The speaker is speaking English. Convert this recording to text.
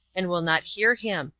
and will not hear him,